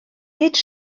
nid